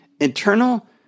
Internal